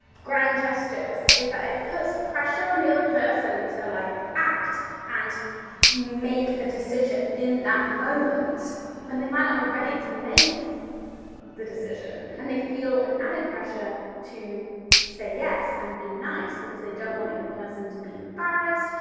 grand gestures is that it puts pressure on the other person to like and make a decision in that moment when they might not be ready to make the decision. and they feel an added pressure to say yes and be nice because they don't want the other person to be embarrassed.